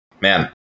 Man